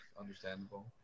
understandable